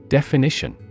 Definition